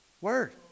Word